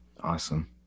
Awesome